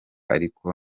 ariko